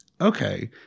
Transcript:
okay